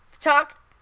talk